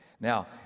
Now